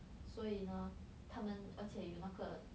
所以呢他们而且有那个